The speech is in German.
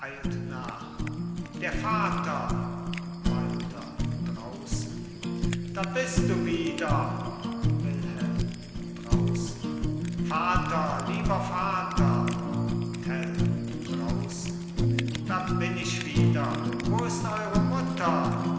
der vater walther draußen da bist du wieder wilhelm draußen vater lieber vater tell draußen da bin ich wieder wo ist eure mutter